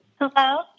Hello